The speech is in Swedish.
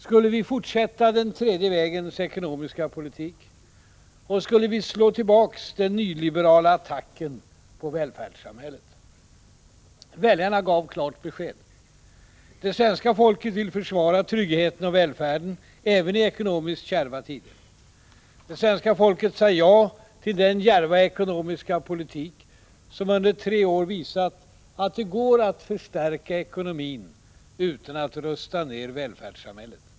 Skulle vi fortsätta den tredje vägens ekonomiska politik, och skulle vi slå tillbaka den nyliberala attacken på välfärdssamhället? Väljarna gav klart besked. Det svenska folket vill försvara tryggheten och välfärden, även i ekonomiskt kärva tider. Det svenska folket sade ja till den djärva ekonomiska politik som under tre år visat att det går att förstärka ekonomin utan att rusta ned välfärdssamhället.